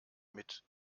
mit